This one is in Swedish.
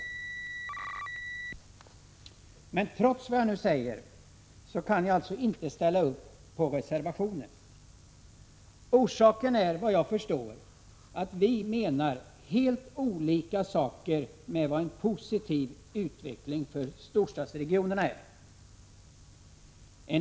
Men trots detta kan jag inte ställa upp för reservationen i dess helhet. Orsaken är att vi, vad jag förstår, med en positiv utveckling för storstadsregionerna menar helt olika saker.